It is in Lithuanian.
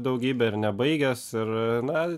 daugybę ir nebaigęs ir na